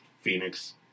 Phoenix